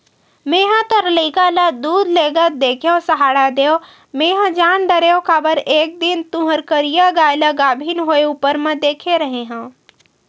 मेंहा तोर लइका ल दूद लेगत देखेव सहाड़ा देव मेंहा जान डरेव काबर एक दिन तुँहर करिया गाय ल गाभिन होय ऊपर म देखे रेहे हँव